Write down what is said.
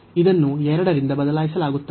ಇದನ್ನು 2 ರಿಂದ ಬದಲಾಯಿಸಲಾಗುತ್ತದೆ